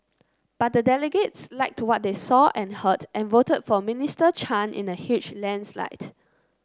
but the delegates liked to what they saw and heard and voted for Minister Chan in a huge landslide